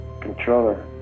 controller